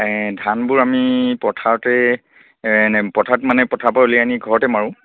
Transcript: ধানবোৰ আমি পথাৰতে এ পথাৰত মানে পথাৰ পৰা উলিয়াই আনি ঘৰতে মাৰোঁ